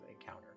encounter